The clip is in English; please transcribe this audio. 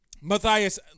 Matthias